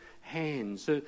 hands